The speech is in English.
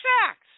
facts